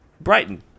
brighton